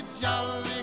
jolly